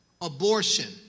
abortion